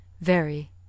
Very